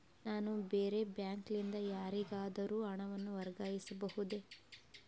ನಾನು ಬೇರೆ ಬ್ಯಾಂಕ್ ಲಿಂದ ಯಾರಿಗಾದರೂ ಹಣವನ್ನು ವರ್ಗಾಯಿಸಬಹುದೇ?